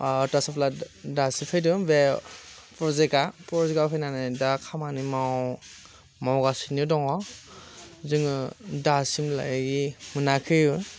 water supply दासो फैदों बे प्रजेक्टआ प्रजेक्टआ फैनानै दा खामानि माव मावगासिनो दङ जोङो दासिमलागै मोनाखै